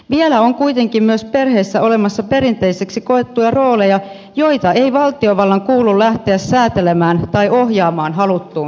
vielä on kuitenkin myös perheissä olemassa perinteisiksi koettuja rooleja joita ei valtiovallan kuulu lähteä säätelemään tai ohjaamaan haluttuun suuntaan